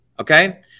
Okay